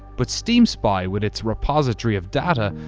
but steam spy, with its repository of data,